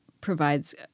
provides